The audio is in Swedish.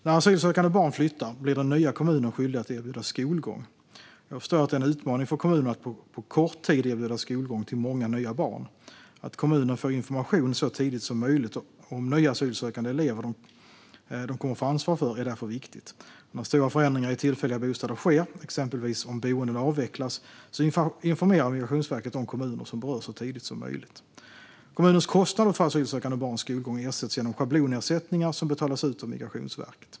När asylsökande barn flyttar blir den nya kommunen skyldig att erbjuda skolgång. Jag förstår att det är en utmaning för kommunen att på kort tid erbjuda skolgång till många nya barn. Att kommunen får information så tidigt som möjligt om nya asylsökande elever som de kommer att få ansvar för är därför viktigt. När stora förändringar i tillfälliga bostäder sker, exempelvis om boenden avvecklas, informerar Migrationsverket de kommuner som berörs så tidigt som möjligt. Kommunens kostnader för asylsökande barns skolgång ersätts genom schablonersättningar som betalas ut av Migrationsverket.